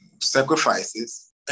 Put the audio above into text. sacrifices